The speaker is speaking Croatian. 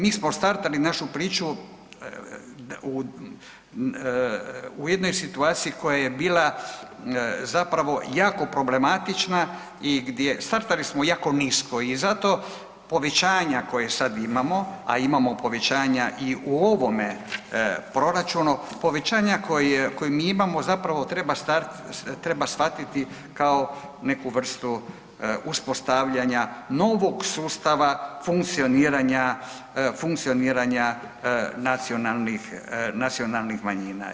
Mi smo startali našu priču u jednoj situaciji koja je bila zapravo jako problematična i gdje, startali smo jako nisko i zato povećanja koje sad imamo, a imamo povećanja i u ovome proračunu, povećanja koji, koji mi imamo, zapravo, treba .../nerazumljivo/... treba shvatiti kao neku vrstu uspostavljanja novog sustava funkcioniranja nacionalnih manjina.